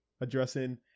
addressing